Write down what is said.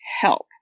help